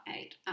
eight